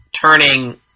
turning